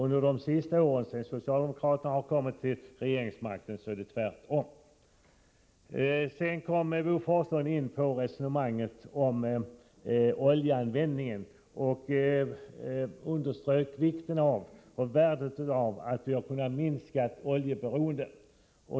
Under de senaste åren, sedan socialdemokraterna fick regeringsmakten, har det varit tvärtom. Sedan kom Bo Forslund in på resonemanget om oljeanvändningen och underströk vikten och värdet av att vi har kunnat minska oljeberoendet.